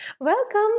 Welcome